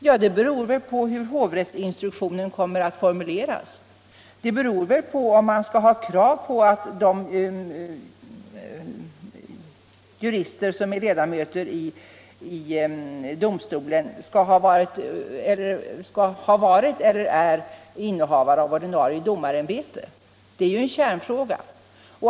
Ja, det beror väl på hur hovrättsinstruktionen kommer att formuleras och om man skall ha krav på att de jurister som är ledamöter i denna domstol har varit — eller är — innehavare av ordinarie domarämbete. Det är kärnfrågan.